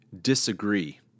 disagree